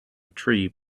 tree